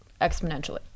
exponentially